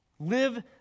Live